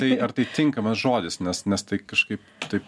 tai ar tai tinkamas žodis nes nes tai kažkaip taip